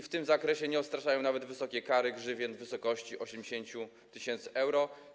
W tym zakresie nie odstraszają nawet wysokie kary, grzywny w wysokości 80 tys. euro.